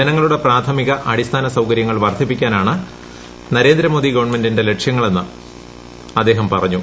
ജനങ്ങളുടെ പ്രാഥമിക അടിസ്ഥാന സൌകര്യങ്ങൾ വർദ്ധിപ്പിക്കാനാണ് നരേന്ദ്ര മോദി ഗവൺമെന്റിന്റെ ലക്ഷ്യമെന്ന് അദ്ദേഹം പറഞ്ഞു